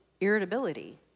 irritability